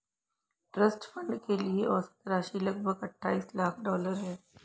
trust fund के लिए औसत राशि लगभग अट्ठाईस लाख डॉलर है